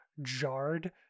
Jarred